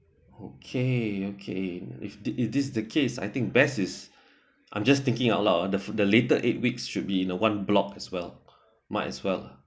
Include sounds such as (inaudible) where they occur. okay okay with this is this the case I think best is (breath) I'm just thinking out loud on the f~ the later eight weeks should be in a one block as well might as well